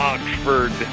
Oxford